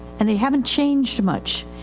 and they havenit changed much.